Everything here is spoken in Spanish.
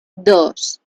dos